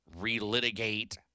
relitigate